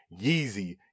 Yeezy